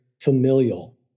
familial